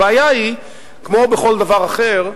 הבעיה היא, כמו בכל דבר אחר,